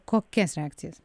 kokias reakcijas